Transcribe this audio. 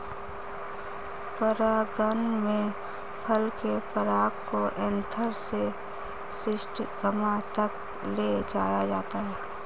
परागण में फल के पराग को एंथर से स्टिग्मा तक ले जाया जाता है